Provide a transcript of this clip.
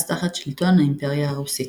אז תחת שלטון האימפריה הרוסית.